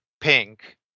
pink